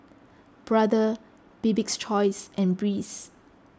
Brother Bibik's Choice and Breeze